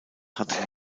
hatte